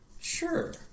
Sure